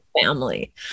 family